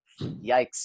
Yikes